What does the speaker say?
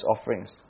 offerings